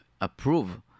approve